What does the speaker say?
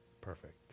perfect